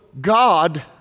God